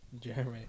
Jeremy